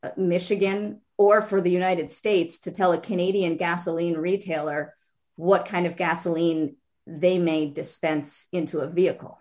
michigan or for the united states to tell a canadian gasoline retailer what kind of gasoline they may dispense into a